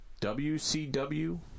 WCW